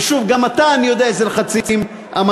ושוב, גם אתה, אני יודע באיזה לחצים עמדת.